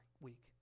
week